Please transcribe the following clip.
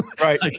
right